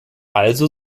also